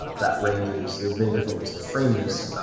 ah that ranges there are many different ways to frame this.